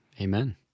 Amen